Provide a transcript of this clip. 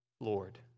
Lord